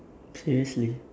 seriously